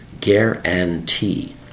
guarantee